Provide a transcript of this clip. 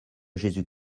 jésus